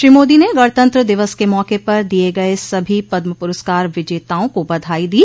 श्री मोदी ने गणतंत्र दिवस के मौके पर दिये गये सभी पद्म पुरस्कार विजेताओं को बधाई दी